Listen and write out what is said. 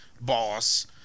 boss